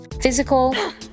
physical